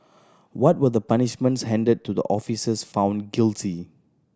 what were the punishments handed to the officers found guilty